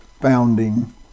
founding